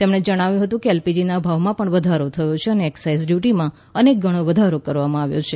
તેમણે જણાવ્યું હતું કે એલપીજીના ભાવમાં પણ વધારો થયો છે અને એક્સાઈઝ ડ્યુટીમાં અનેકગણો વધારો કરવામાં આવ્યો છે